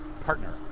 partner